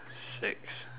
six